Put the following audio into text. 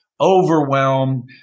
overwhelmed